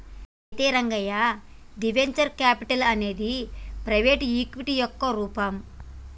అయితే రంగయ్య ది venture capital అనేది ప్రైవేటు ఈక్విటీ యొక్క రూపం